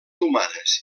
humanes